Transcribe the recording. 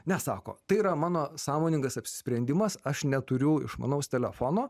ne sako tai yra mano sąmoningas apsisprendimas aš neturiu išmanaus telefono